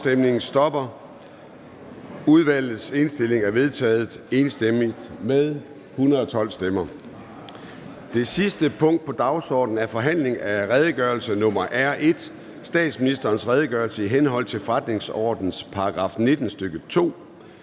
Statsministerens redegørelse i henhold til forretningsordenens § 19, stk. 2.